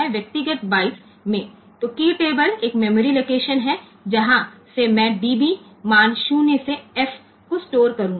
તેથી key table એ memory location છે કે જ્યાંથી હું ડીબી વેલ્યુ 0 થી F સ્ટોર કરીશ